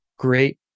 great